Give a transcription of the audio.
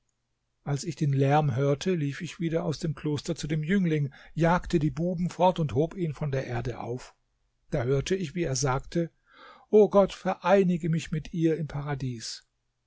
als ich den lärm hörte lief ich wieder aus dem kloster zu dem jüngling jagte die buben fort und hob ihn von der erde auf da hörte ich wie er sagte o gott vereinige mich mit ihr im paradies